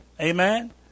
Amen